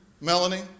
Melanie